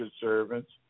servants